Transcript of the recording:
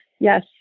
yes